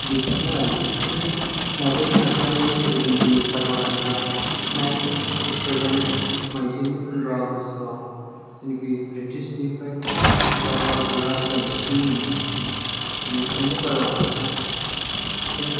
बेफोरनो आरो बेफोरनि नाजानायनि गेजेरजों भारत हादरा नाइनथिन परथिसेभेन माइथायनि पन्द्र आगष्ट याव जेनाकि बृटिसनिफ्राय भारत हदरा उदांस्रि मोनो बेनिफ्रायनो भारत हादरा